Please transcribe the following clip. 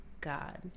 God